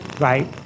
right